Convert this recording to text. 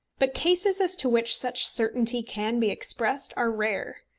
but cases as to which such certainty can be expressed are rare.